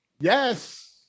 Yes